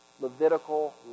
Levitical